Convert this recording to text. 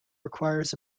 requires